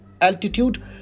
altitude